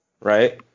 Right